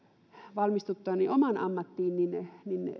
valmistuttuani omaan ammattiini